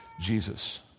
Jesus